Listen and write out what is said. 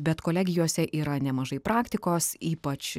bet kolegijose yra nemažai praktikos ypač